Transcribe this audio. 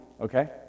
okay